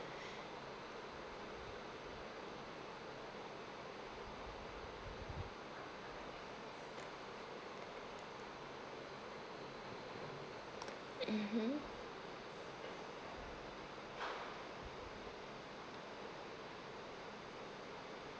mmhmm